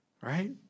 right